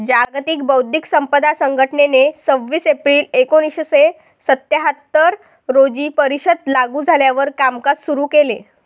जागतिक बौद्धिक संपदा संघटनेने सव्वीस एप्रिल एकोणीसशे सत्याहत्तर रोजी परिषद लागू झाल्यावर कामकाज सुरू केले